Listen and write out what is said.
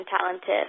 talented